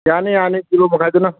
ꯌꯥꯅꯤ ꯌꯥꯅꯤ ꯀꯤꯂꯣ ꯃꯈꯥꯏꯗꯨꯅ